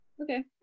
Okay